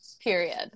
period